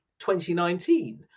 2019